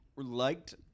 liked